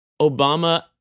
Obama